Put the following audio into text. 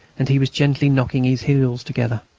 and he was gently knocking his heels together.